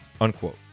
Unquote